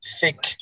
thick